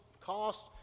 cost